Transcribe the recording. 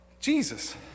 Jesus